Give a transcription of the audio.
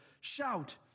Shout